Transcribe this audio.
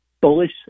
bullish